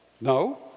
No